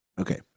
Okay